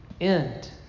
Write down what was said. End